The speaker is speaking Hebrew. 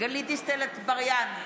גלית דיסטל אטבריאן,